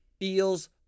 feels